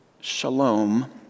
shalom